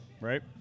Right